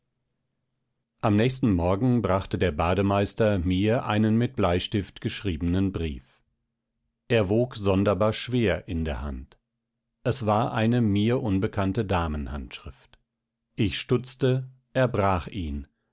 am nächstem morgen brachte der bademeister mir einen mit bleistift geschriebenen brief er wog sonderbar schwer in der hand es war eine mir unbekannte damenhandschrift ich stutzte erbrach ihn